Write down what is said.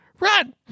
Run